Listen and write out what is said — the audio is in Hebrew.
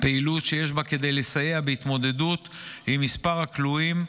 פעילות שיש בה כדי לסייע בהתמודדות עם מספר הכלואים,